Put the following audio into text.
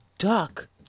Duck